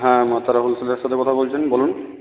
হ্যাঁ মা তারা হোলসেলারের সাথে কথা বলছেন বলুন